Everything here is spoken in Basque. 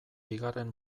bigarren